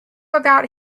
about